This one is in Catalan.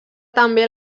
també